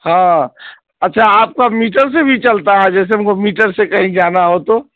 ہاں اچھا آپ کا میٹر سے بھی چلتا ہے جیسے ہم کو میٹر سے کہیں جانا ہو تو